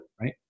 right